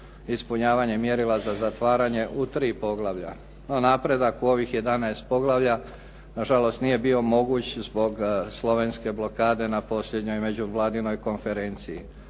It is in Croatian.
ispunjavanje mjerila za zatvaranje u tri poglavlja. No napredak u ovih 11 poglavlja nažalost nije bio moguć zbog slovenske blokade na posljednjoj međuvladinoj konferenciji.